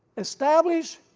establish,